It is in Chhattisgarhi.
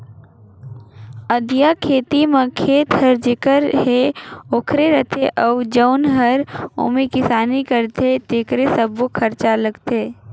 अधिया खेती में खेत हर जेखर हे ओखरे रथे अउ जउन हर ओम्हे किसानी करथे तेकरे सब्बो खरचा लगथे